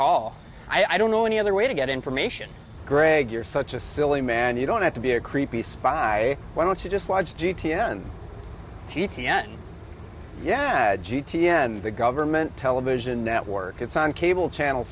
hall i don't know any other way to get information greg you're such a silly man you don't have to be a creepy spy why don't you just watch g t p t n yeah yeah the government television network it's on cable channel